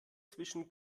zwischen